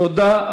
תודה.